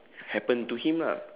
happen to him lah